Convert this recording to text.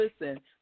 listen